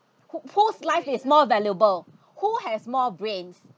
who whose life is more valuable who has more brains